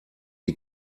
die